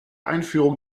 einführung